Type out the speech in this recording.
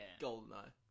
Goldeneye